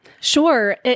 sure